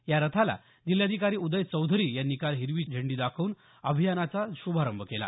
या रथाला जिल्हाधिकारी उदय चौधरी यांनी काल हिरवी झेंडी दाखवून अभियानाचा श्भारंभ केला